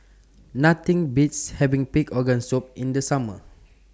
Nothing Beats having Pig Organ Soup in The Summer